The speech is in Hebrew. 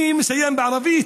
אני מסיים בערבית: